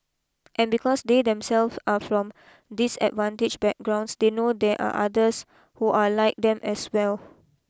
and because they themselves are from disadvantaged backgrounds they know there are others who are like them as well